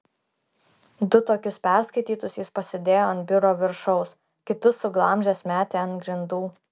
du tokius perskaitytus jis pasidėjo ant biuro viršaus kitus suglamžęs metė ant grindų